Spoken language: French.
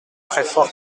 treffort